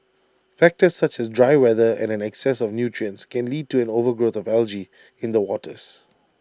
factors such as dry weather and an excess of nutrients can lead to an overgrowth of algae in the waters